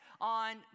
on